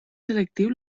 selectiu